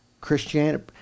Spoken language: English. Christianity